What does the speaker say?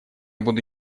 буду